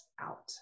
out